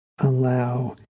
allow